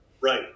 Right